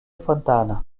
fontana